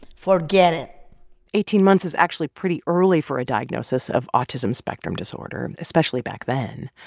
forget it eighteen months is actually pretty early for a diagnosis of autism spectrum disorder, especially back then.